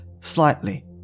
slightly